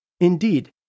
Indeed